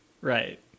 right